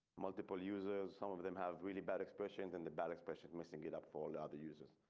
multiple users some of them have really bad expressions and the balance pressures messing it up for the other users.